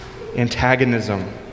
Antagonism